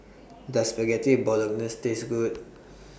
Does Spaghetti Bolognese Taste Good